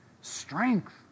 strength